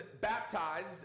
baptized